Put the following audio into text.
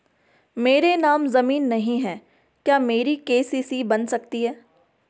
मेरे नाम ज़मीन नहीं है क्या मेरी के.सी.सी बन सकती है?